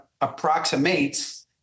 approximates